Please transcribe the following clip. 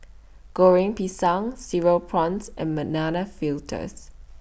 Goreng Pisang Cereal Prawns and